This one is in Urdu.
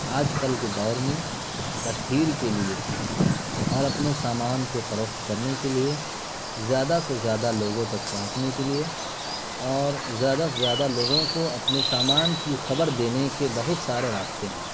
آج کل کے دور میں تشہیر کے لیے اور اپنے سامان کو فروخت کرنے کے لیے زیادہ سے زیادہ لوگوں تک پہنچنے کے لیے اور زیادہ سے زیادہ لوگوں کو اپنے سامان کی خبر دینے کے بہت سارے راستے ہیں